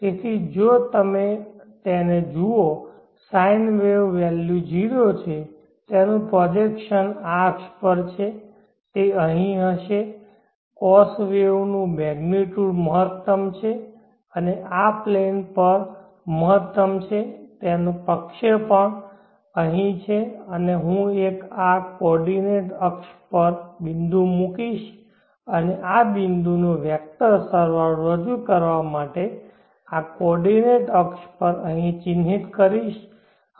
તેથી જો તમે તેને જુઓ sine વેવ વેલ્યુ 0 છે તેનું પ્રોજેકશન આ અક્ષ પર છે તે અહીં હશે cos વેવનું મેગ્નીટ્યૂડ મહત્તમ છે અને આ પ્લેન પર મહત્તમ છે તેનો પ્રક્ષેપણ અહીં છે અને હું એક આ કોર્ડીનેટ અક્ષ પર બિંદુ મૂકીશ અને આ બિંદુ નો વેક્ટર સરવાળો રજૂ કરવા માટે આ કોર્ડીનેટ અક્ષ પર અહીં ચિન્હિત કરીશ